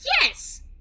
Yes